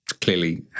clearly